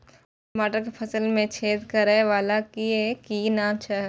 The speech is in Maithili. टमाटर के फल में छेद करै वाला के कि नाम छै?